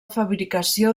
fabricació